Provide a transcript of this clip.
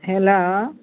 hello